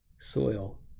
soil